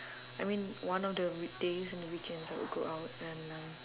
I mean one of the weekdays and the weekends I would go out and um